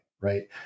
Right